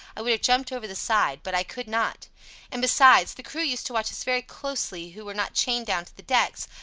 i would have jumped over the side, but i could not and, besides, the crew used to watch us very closely who were not chained down to the decks,